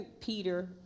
Peter